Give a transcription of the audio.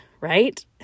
right